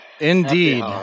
Indeed